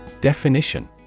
Definition